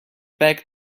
back